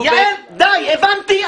הבנתי.